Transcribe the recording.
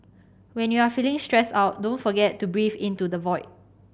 when you are feeling stressed out don't forget to breathe into the void